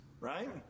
right